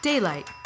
Daylight